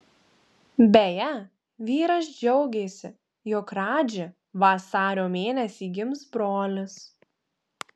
beje vyras džiaugėsi jog radži vasario mėnesį gims brolis